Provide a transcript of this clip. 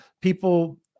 People